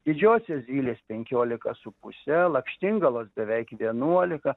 didžiosios zylės penkiolika su puse lakštingalos beveik vienuolika